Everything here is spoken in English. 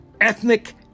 Ethnic